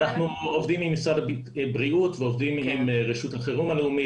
אנחנו עובדים עם משרד הבריאות ועובדים עם רשות החירום הלאומית.